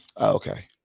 Okay